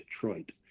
Detroit